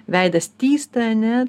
veidas tįsta ar ne